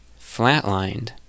flatlined